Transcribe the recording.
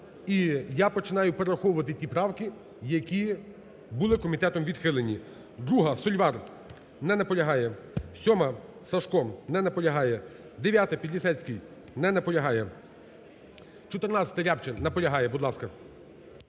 і я починаю перераховувати ті правки, які були комітетом відхилені. 2-а, Сольвар. Не наполягає. 7-а, Сажко. Не наполягає. 9-а, Підлісецький. Не наполягає. 14-а, Рябчин. Наполягає. Будь ласка.